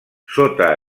sota